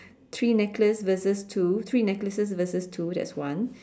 three necklace versus two three necklaces versus two there's one